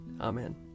Amen